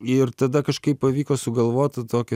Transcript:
ir tada kažkaip pavyko sugalvoti tokią